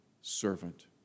servant